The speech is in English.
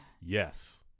yes